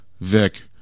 Vic